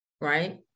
right